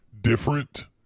different